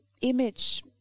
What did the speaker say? image